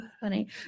funny